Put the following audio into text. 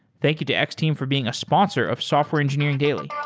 thank you to x-team for being a sponsor of software engineering daily yeah